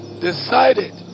decided